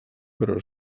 però